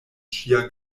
ŝia